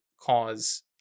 cause